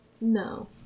No